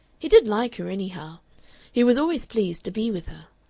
he did like her, anyhow he was always pleased to be with her.